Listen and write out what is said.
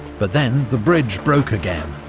but then the bridge broke again,